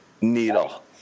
needle